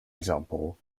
example